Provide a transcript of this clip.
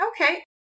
Okay